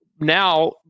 now